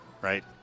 right